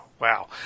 wow